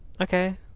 okay